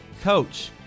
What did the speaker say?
Coach